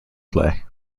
play